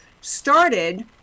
started